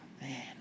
Man